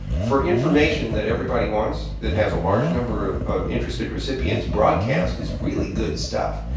for information that everybody wants, that has a large number of of interested recipients, broadcast is really good stuff.